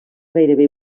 gairebé